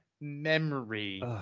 memory